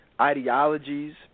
ideologies